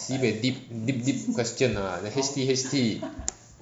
sibei deep deep deep question ah the H_T_H_T